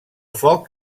foc